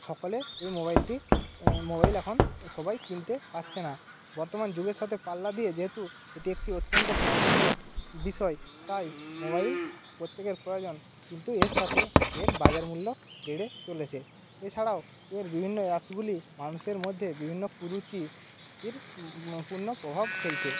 সকলে এই মোবাইলটি মোবাইল এখন সবাই কিনতে পাচ্ছে না বর্তমান যুগের সাথে পাল্লা দিয়ে যেহেতু এটি একটি অত্যন্ত প্রয়োজনীয় বিষয় তাই মোবাইল প্রত্যেকের প্রয়োজন কিন্তু এর সাথে এর বাজার মূল্য বেড়ে চলেছে এছাড়াও এর বিভিন্ন অ্যাপসগুলি মানুষের মধ্যে বিভিন্ন কুরুচি ইর পূর্ণ প্রভাব ফেলছে